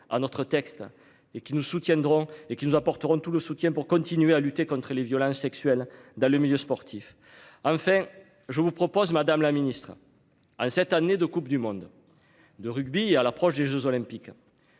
soutiendront et qui nous apporteront tout le soutien pour continuer à lutter contre les violences sexuelles dans le milieu sportif. Enfin, je vous propose madame la Ministre. A cette année de Coupe du monde. De rugby à l'approche des Jeux olympiques.